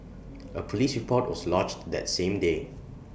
A Police report was lodged that same day